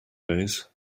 days